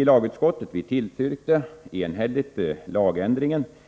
Vi i lagutskottet tillstyrkte dock enhälligt förslaget.